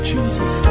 Jesus